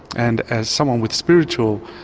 and as someone with spiritual